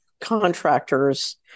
contractors